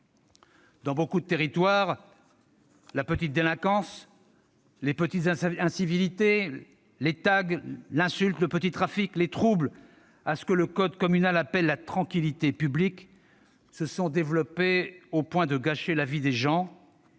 Dans nombre de territoires, la petite délinquance, les petites incivilités, le tag, l'insulte, le petit trafic, les troubles à ce que le code communal appelle la tranquillité publique, se sont développés au point de gâcher la vie des gens.